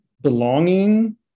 belonging